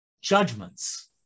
judgments